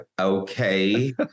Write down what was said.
okay